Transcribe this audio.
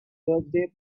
birthday